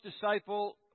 disciple